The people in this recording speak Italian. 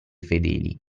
fedeli